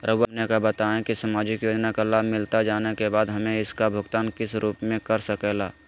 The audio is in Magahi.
रहुआ हमने का बताएं की समाजिक योजना का लाभ मिलता जाने के बाद हमें इसका भुगतान किस रूप में कर सके ला?